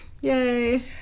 yay